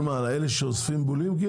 אתה מדבר על אלה שאוספים בולים?